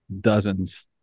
dozens